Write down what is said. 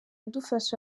dufasha